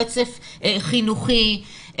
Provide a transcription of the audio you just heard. רצף חינוכי,